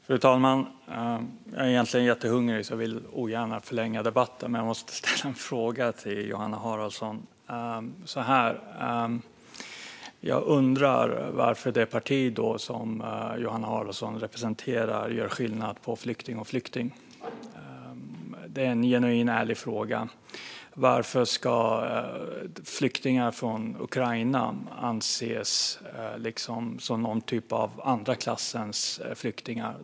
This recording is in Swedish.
Fru talman! Jag är egentligen jättehungrig, så jag vill ogärna förlänga debatten. Men jag måste få ställa en fråga till Johanna Haraldsson. Jag undrar varför det parti som Johanna Haraldsson representerar gör skillnad på flykting och flykting. Det är en genuin och ärlig fråga. Varför ska flyktingar från Ukraina anses som någon typ av andra klassens flyktingar?